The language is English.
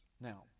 Now